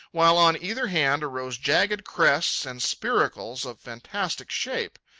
while on either hand arose jagged crests and spiracles of fantastic shape.